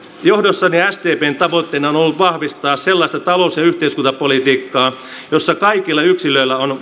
johdossani sdpn tavoitteena on ollut vahvistaa sellaista talous ja yhteiskuntapolitiikkaa jossa kaikilla yksilöillä on